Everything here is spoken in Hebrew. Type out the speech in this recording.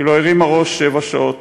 היא לא הרימה ראש שבע שעות,